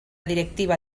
directiva